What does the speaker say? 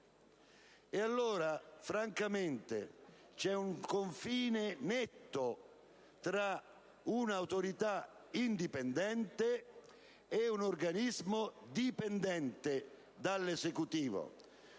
Allora, francamente, c'è un confine netto tra un'autorità indipendente ed un organismo dipendente dall'Esecutivo.